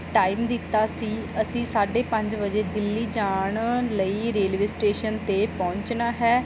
time ਦਿੱਤਾ ਸੀ ਅਸੀਂ ਸਾਢੇ ਪੰਜ ਵਜੇ ਦਿੱਲੀ ਜਾਣ ਲਈ ਰੇਲਵੇ ਸਟੇਸ਼ਨ 'ਤੇ ਪਹੁੰਚਣਾ ਹੈ